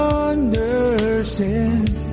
understand